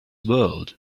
world